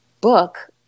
book